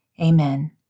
amen